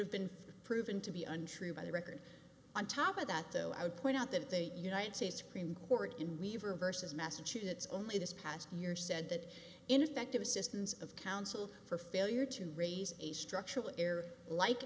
have been proven to be untrue by the record on top of that though i would point out that the united states supreme court in reverse as massachusetts only this past year said that ineffective assistance of counsel for failure to raise a structural error like